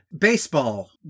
Baseball